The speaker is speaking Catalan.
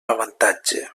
avantatge